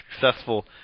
successful